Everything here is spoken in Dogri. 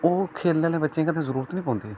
ओह् खेलने आहले बच्चे गी ते जरुरत गै नेईं पोंदी